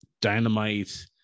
Dynamite